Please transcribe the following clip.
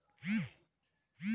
Urea के सही पहचान कईसे होखेला?